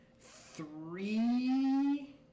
three